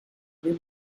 blue